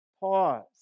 Pause